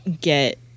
get